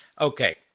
Okay